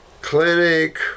clinic